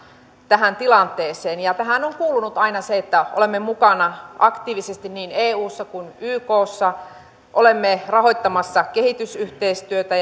tähän tilanteeseen tähän on kuulunut aina se että olemme mukana aktiivisesti niin eussa kuin ykssa olemme rahoittamassa kehitysyhteistyötä